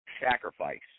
sacrifice